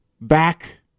Back